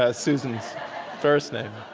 ah susan's first name.